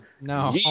No